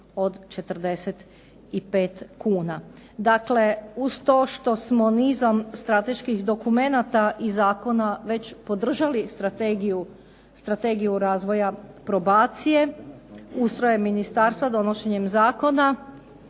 od 45 kuna. Dakle, uz to što smo nizom strateških dokumenata i zakona već podržali Strategiju razvoja probacije ustrojem ministarstva, donošenjem zakona